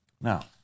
Now